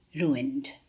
ruined